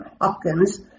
Hopkins